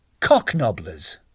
Cocknobblers